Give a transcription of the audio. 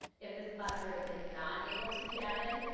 if this classroom is not able to be added,